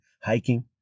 hiking